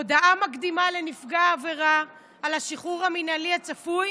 הודעה מקדימה לנפגע העבירה על השחרור המינהלי הצפוי